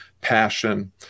passion